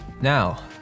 Now